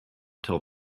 till